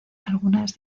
algunas